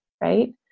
right